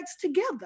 together